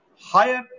higher